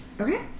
Okay